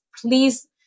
please